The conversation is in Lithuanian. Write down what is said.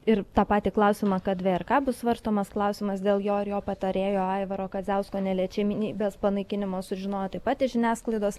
ir tą patį klausimą kad vrk bus svarstomas klausimas dėl jo ir jo patarėjo aivaro kadziausko neliečiamybės panaikinimo sužinojo taip pat iš žiniasklaidos